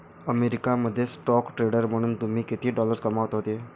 America मध्ये stock trader म्हणून तुम्ही किती डॉलर्स कमावत होते